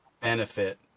benefit